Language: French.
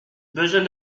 besoin